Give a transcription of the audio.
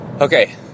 Okay